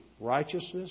righteousness